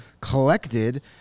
collected